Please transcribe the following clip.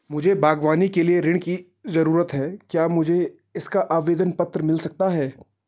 मुझे बागवानी के लिए ऋण की ज़रूरत है क्या मुझे इसका आवेदन पत्र मिल सकता है?